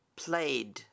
played